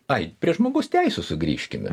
ai prie žmogaus teisių sugrįžkime